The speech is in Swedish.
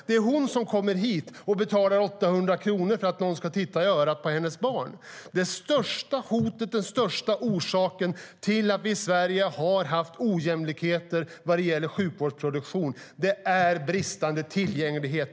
Det är hon som kommer hit och betalar 800 kronor för att någon ska titta i örat på hennes barn. Det största hotet, den största orsaken till att vi i Sverige har haft ojämlikheter när det gäller sjukvårdsproduktion, är bristande tillgänglighet.